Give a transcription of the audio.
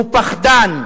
הוא פחדן.